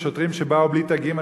של שוטרים שבאו בלי תגים.